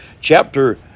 chapter